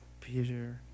Peter